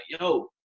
yo